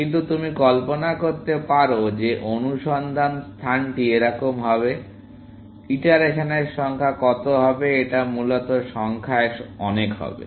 কিন্তু তুমি কল্পনা করতে পারো যে অনুসন্ধান স্থানটি এরকম হবে ইটারেশন এর সংখ্যা কত হবে এটা মূলত সংখ্যায় অনেক হবে